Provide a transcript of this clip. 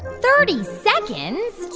thirty seconds.